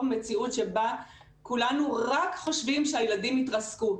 מציאות שבה כולנו רק חושבים שהילדים יתרסקו.